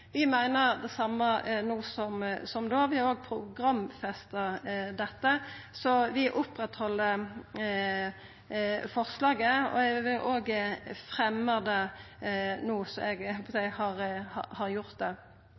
Vi meiner det same no som da. Vi har òg programfesta dette. Så vi – saman med Sosialistisk Venstreparti og Kristeleg Folkeparti – held fast på forslaget, og eg vil ta det opp no, slik at eg har gjort det.